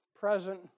present